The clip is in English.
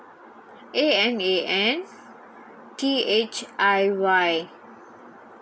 A N A N T H I Y